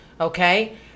okay